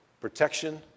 protection